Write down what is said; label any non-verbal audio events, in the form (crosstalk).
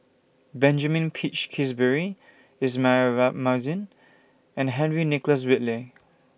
Benjamin Peach Keasberry Ismail (unintelligible) Marjan and Henry Nicholas Ridley